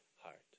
heart